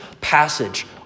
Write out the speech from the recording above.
passage